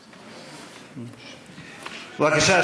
בבקשה,